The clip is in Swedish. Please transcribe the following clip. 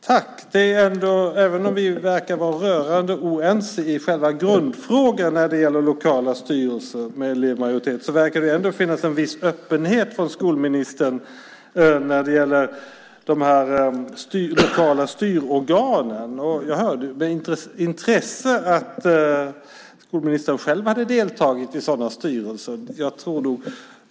Fru talman! Även om vi verkar vara rörande oense i själva grundfrågan när det gäller lokala styrelser med elevmajoritet verkar det finnas en viss öppenhet från skolministern när det gäller de här lokala styrorganen. Jag hörde med intresse att skolministern själv hade deltagit i sådana styrelser.